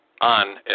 on